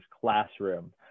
classroom